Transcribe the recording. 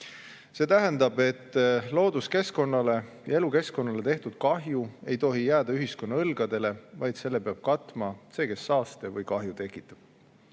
See tähendab, et looduskeskkonnale ja elukeskkonnale tehtud kahju ei tohi jääda ühiskonna õlgadele, vaid selle peab katma see, kes saaste või kahju tekitab.